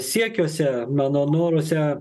siekiuose mano noruose